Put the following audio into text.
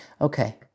Okay